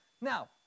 Now